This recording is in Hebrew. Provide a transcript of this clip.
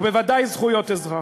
ובוודאי זכויות אזרח.